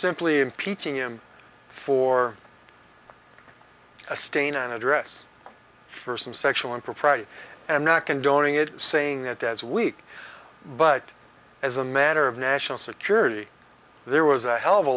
simply impeaching him for a stain an address for some sexual impropriety and not condoning it saying that as weak but as a matter of national security there was a hell of a